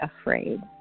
afraid